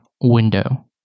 window